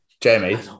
Jamie